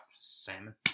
Salmon